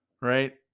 right